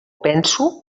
penso